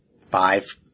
five